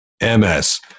MS